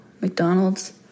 McDonald's